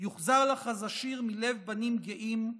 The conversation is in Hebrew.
/ יוחזר לך אז השיר מלב בנים גאים /